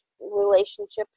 relationships